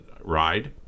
ride